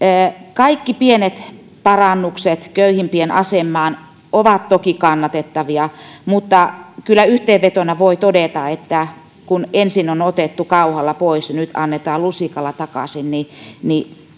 kaikki pienet parannukset köyhimpien asemaan ovat toki kannatettavia mutta kyllä yhteenvetona voi todeta että kun ensin on otettu kauhalla pois ja nyt annetaan lusikalla takaisin niin